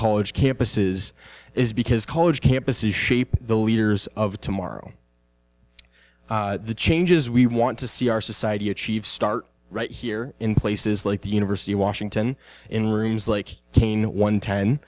college campuses is because college campuses shape the leaders of tomorrow the changes we want to see our society achieve start right here in places like the university of washington in rooms like kane one ten